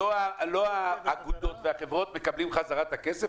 לא האגודות והחברות מקבלים חזרה את הכסף?